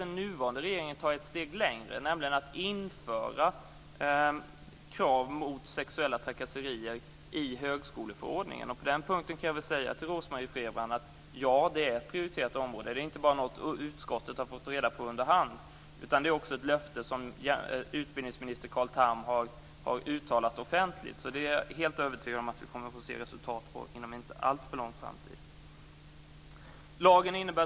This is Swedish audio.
Den nuvarande regeringen går nu ett steg längre när den inför krav mot sexuella trakasserier i högskoleförordningen. På den punkten kan jag säga till Rose Marie Frebran: Ja, detta är ett prioriterat område. Det är inte bara något som utskottet har fått reda på under hand, utan det är också ett löfte som utbildningsminister Carl Tham har uttalat offentligt. Jag är helt övertygad om att vi kommer att få se resultat inom en inte alltför avlägsen framtid.